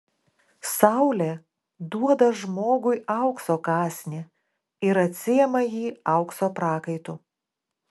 saulė duoda žmogui aukso kąsnį ir atsiima jį aukso prakaitu